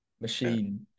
machine